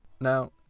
Now